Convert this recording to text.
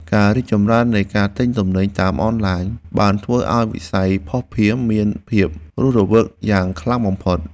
ការរីកចម្រើននៃការទិញទំនិញតាមអនឡាញបានធ្វើឱ្យវិស័យភស្តុភារមានភាពរស់រវើកយ៉ាងខ្លាំងបំផុត។